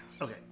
Okay